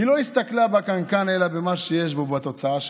היא לא הסתכלה בקנקן אלא במה שיש בו, בתוצאה שלו.